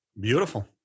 Beautiful